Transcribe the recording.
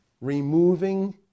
removing